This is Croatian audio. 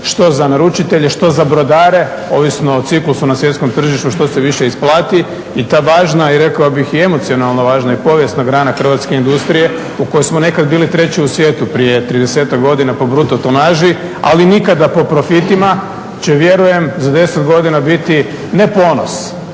što za naručitelje, što za brodare, ovisno o ciklusu na svjetskom tržištu što se više isplati. I ta važna i rekao bih i emocionalno važna i povijesna grana hrvatske industrije u kojoj smo nekada bili treći u svijetu prije 30-ak godina po bruto tonaži ali nikada po profitima će vjerujem za 10 godina biti ne ponos.